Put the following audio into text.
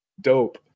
dope